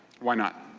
why not?